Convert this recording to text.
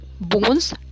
bones